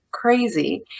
crazy